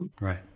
right